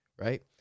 Right